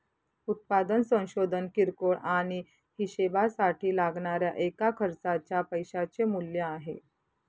उत्पादन संशोधन किरकोळ आणि हीशेबासाठी लागणाऱ्या एका खर्चाच्या पैशाचे मूल्य आहे